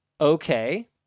Okay